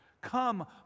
Come